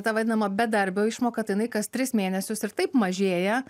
ta vadinama bedarbio išmoka tai jinai kas tris mėnesius ir taip mažėja